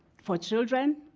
for children,